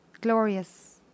Glorious